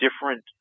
different